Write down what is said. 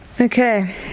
Okay